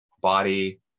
body